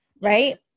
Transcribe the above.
Right